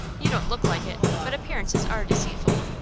you don't look like it, but appearances are deceitful.